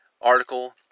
article